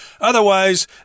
Otherwise